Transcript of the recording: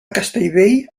castellbell